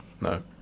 No